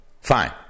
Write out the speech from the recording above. Fine